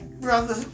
brother